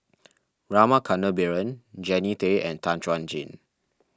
Rama Kannabiran Jannie Tay and Tan Chuan Jin